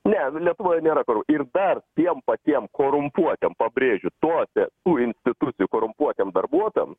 ne lietuvoje nėra koru ir dar tiem patiem korumpuotiem pabrėžiu tose tų institucijų korumpuotiem darbuotojam